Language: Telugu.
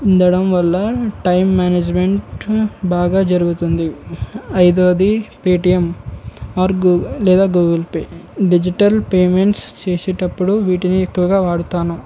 ఉండటం వల్ల టైం మేనేజ్మెంట్ బాగా జరుగుతుంది ఐదవది పేటిఎమ్ ఆర్ గూ లేదా గూగుల్ పే డిజిటల్ పేమెంట్స్ చేసేటప్పుడు వీటిని ఎక్కువగా వాడతాను